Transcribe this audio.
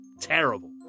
Terrible